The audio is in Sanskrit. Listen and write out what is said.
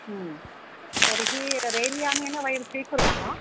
तर्हि रेल् यानेन वयं स्वीकुर्मः